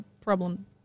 problem